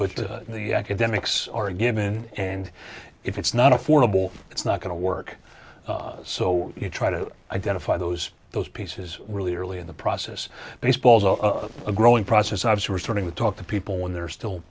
but the academics are a given and if it's not affordable it's not going to work so you try to identify those those pieces really early in the process baseball's a growing process obs who are starting to talk to people when they're still